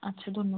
আচ্ছা ধন্য